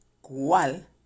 cuál